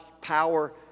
power